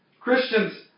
Christians